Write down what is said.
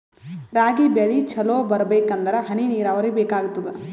ರಾಗಿ ಬೆಳಿ ಚಲೋ ಬರಬೇಕಂದರ ಹನಿ ನೀರಾವರಿ ಬೇಕಾಗತದ?